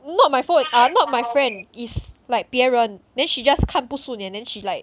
not my fault err not my friend is like 别人 then she just 看不顺眼 then she like